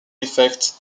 effects